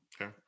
Okay